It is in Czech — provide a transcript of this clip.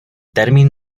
termín